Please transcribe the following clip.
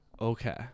Okay